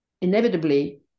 inevitably